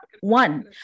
one